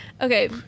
Okay